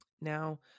Now